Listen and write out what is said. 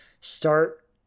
start